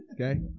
Okay